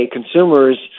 consumers